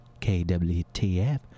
KWTF